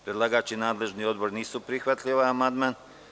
Predlagač i nadležni odbor nisu prihvatili ovaj amandman.